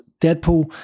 Deadpool